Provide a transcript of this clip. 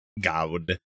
God